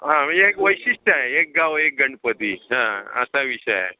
हां म्हणजे एक वैशिष्ट्य आहे एक गाव एक गणपती हां असा विषय आहे